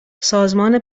سازمان